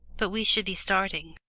but we should be starting.